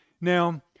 Now